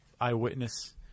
eyewitness